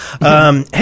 Hey